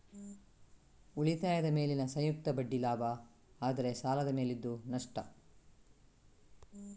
ಉಳಿತಾಯದ ಮೇಲಿನ ಸಂಯುಕ್ತ ಬಡ್ಡಿ ಲಾಭ ಆದ್ರೆ ಸಾಲದ ಮೇಲಿದ್ದು ನಷ್ಟ